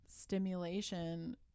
stimulation